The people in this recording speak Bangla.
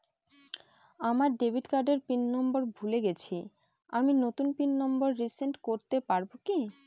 আমার ডেবিট কার্ডের পিন নম্বর ভুলে গেছি আমি নূতন পিন নম্বর রিসেট করতে পারবো কি?